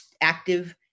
active